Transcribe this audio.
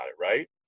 right